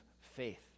faith